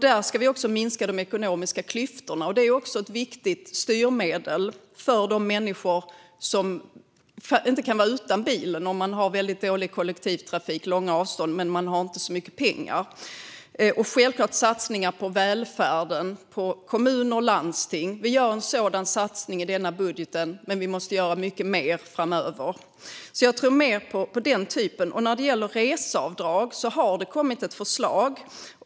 Vi ska också minska de ekonomiska klyftorna, och detta är ett viktigt styrmedel för de människor som på grund av dålig kollektivtrafik och långa avstånd inte kan vara utan bil men inte har så mycket pengar. Självklart ska vi också göra satsningar på välfärden och på kommuner och landsting. Vi gör en sådan satsning i denna budget, men vi måste göra mycket mer framöver. Jag tror mer på den typen av insatser. När det gäller reseavdrag har det kommit ett förslag.